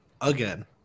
again